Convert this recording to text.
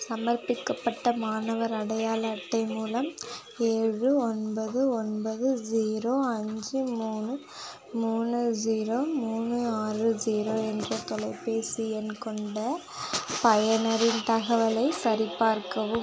சமர்ப்பிக்கப்பட்ட மாணவர் அடையாள அட்டை மூலம் ஏழு ஒன்பது ஒன்பது ஜீரோ அஞ்சு மூணு மூணு ஜீரோ மூணு ஆறு ஜீரோ என்ற தொலைபேசி எண் கொண்ட பயனரின் தகவலைச் சரி பார்க்கவும்